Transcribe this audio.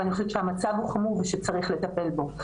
אבל אני חושבת שהמצב הוא חמור ושצריך לטפל בו.